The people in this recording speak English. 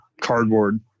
cardboard